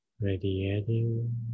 radiating